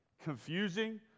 confusing